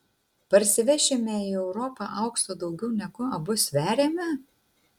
parsivešime į europą aukso daugiau negu abu sveriame